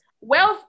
wealth